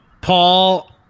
paul